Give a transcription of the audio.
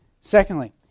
Secondly